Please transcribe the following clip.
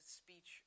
speech